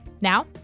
Now